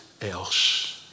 else